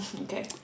okay